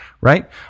right